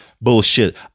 Bullshit